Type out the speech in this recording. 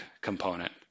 component